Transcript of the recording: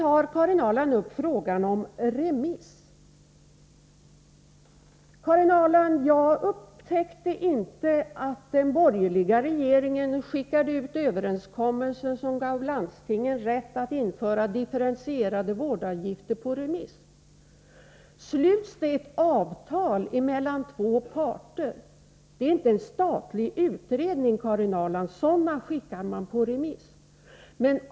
Karin Ahrland tar sedan upp frågan om remiss. Karin Ahrland, jag upptäckte inte att den borgerliga regeringen skickade ut överenskommelser, som gav landstingen rätt att införa differentierade vårdavgifter, på remiss. Om det sluts ett avtal mellan två parter är det inte en statlig utredning, Karin Ahrland. Sådana skickar man på remiss.